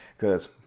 cause